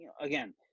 again